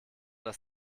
das